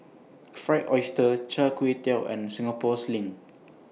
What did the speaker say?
Fried Oyster Char Kway Teow and Singapore Sling